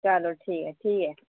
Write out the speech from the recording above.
चलो ठीक ऐ ठीक ऐ